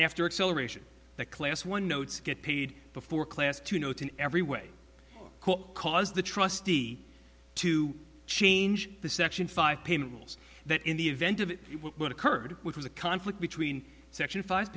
after acceleration the class one notes get paid before class to note in every way cause the trustee to change the section five payment rules that in the event of what occurred which was a conflict between section five